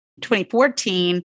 2014